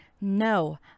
No